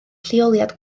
lleoliad